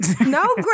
No